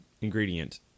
ingredient